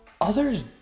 Others